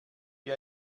wie